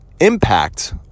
impact